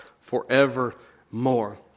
forevermore